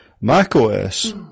macOS